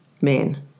men